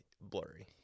blurry